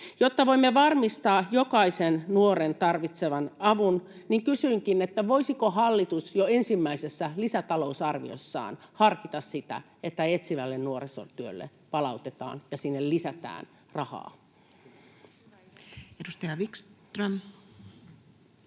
Jotta voimme varmistaa jokaisen nuoren tarvitseman avun, niin kysynkin: voisiko hallitus jo ensimmäisessä lisätalousarviossaan harkita sitä, että etsivälle nuorisotyölle palautetaan ja sinne lisätään rahaa? [Speech 142]